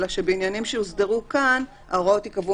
אלא שבעניינים שהוסדרו כאן ההוראות ייקבעו